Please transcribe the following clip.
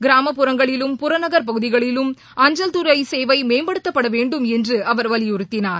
கிராமப்புறங்களிலும் புறநகர் பகுதிகளிலும் அஞ்சல்துறைசேவைமேம்படுத்தப்படவேண்டும் என்றுஅவர் வலியுறுத்தினார்